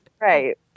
Right